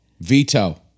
Veto